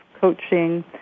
Coaching